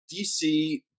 DC